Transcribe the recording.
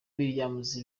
williams